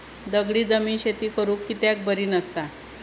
दगडी जमीन शेती करुक कित्याक बरी नसता?